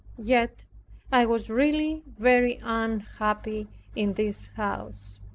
yet i was really very unhappy in this house.